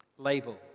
label